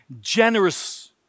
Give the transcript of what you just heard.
generous